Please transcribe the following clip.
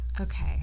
Okay